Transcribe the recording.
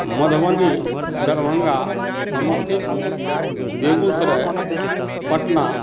Madhubani Darbhanga Samastipur Begusarai Patna